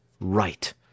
Right